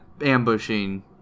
ambushing